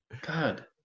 God